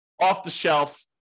off-the-shelf